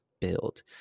build